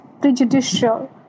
prejudicial